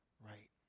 right